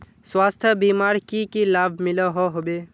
स्वास्थ्य बीमार की की लाभ मिलोहो होबे?